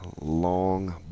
long